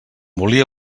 volia